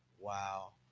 Wow